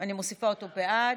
אני מוסיפה אותו בעד,